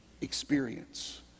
experience